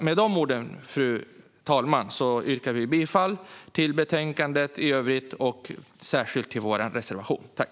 Med dessa ord yrkar jag bifall till reservation 9.